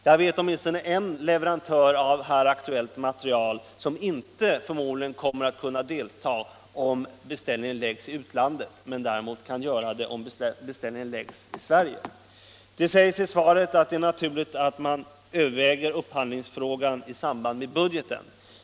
Jag vet åtminstone en leverantör av här aktuellt material som förmodligen inte kommer att kunna delta, om beställningen förläggs till utlandet men som kan vara med, om beställningen görs i Sverige. Det framhålls i svaret att det är naturligt att man överväger upphandlingsfrågan i samband med budgeten.